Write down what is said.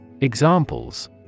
Examples